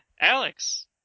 Alex